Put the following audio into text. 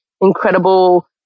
incredible